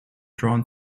drawn